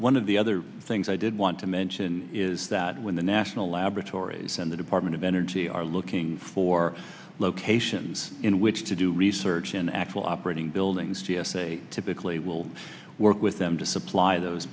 one of the other things i did want to mention is that when the national laboratories and the department of energy are looking for locations in which to do research in actual operating buildings c s a typically will work with them to supply those